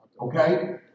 Okay